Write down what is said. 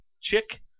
chick